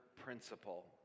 principle